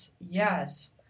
yes